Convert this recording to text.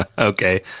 Okay